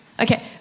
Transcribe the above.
Okay